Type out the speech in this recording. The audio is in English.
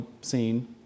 scene